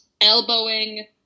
elbowing